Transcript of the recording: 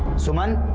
suman.